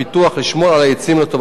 לשמור על העצים לטובתנו,